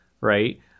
right